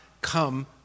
come